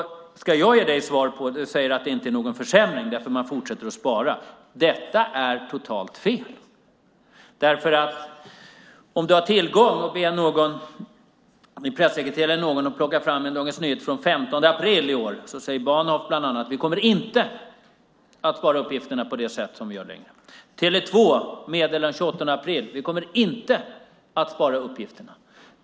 Du säger att det inte är någon försämring eftersom man fortsätter att spara. Det är totalt fel. Du kanske kan be din pressekreterare eller någon att plocka fram Dagens Nyheter från den 15 april i år. Där säger Bahnhof bland annat att man inte längre kommer att spara uppgifterna på det sätt som man gör. Den 28 april meddelade Tele2 att man inte kommer att spara uppgifterna.